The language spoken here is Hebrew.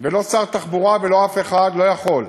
ולא שר התחבורה ולא אף אחד, לא יכול,